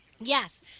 Yes